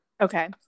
Okay